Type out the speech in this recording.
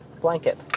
blanket